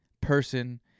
person